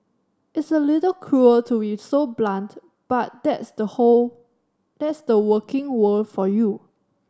it's a little cruel to be so blunt but that's the whole that's the working world for you